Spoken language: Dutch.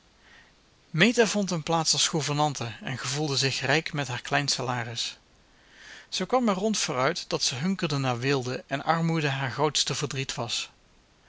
vond een plaats als gouvernante en gevoelde zich rijk met haar klein salaris ze kwam er rond voor uit dat ze hunkerde naar weelde en armoede haar grootste verdriet was